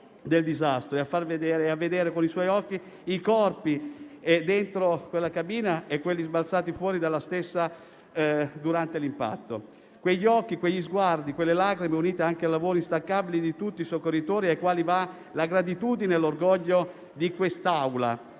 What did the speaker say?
del disastro e a vedere con i suoi occhi i corpi dentro quella cabina e quelli sbalzati fuori dalla stessa durante l'impatto. Quegli occhi, quegli sguardi, quelle lacrime, unite anche al lavoro instancabile di tutti i soccorritori ai quali va la gratitudine e l'orgoglio di quest'Aula,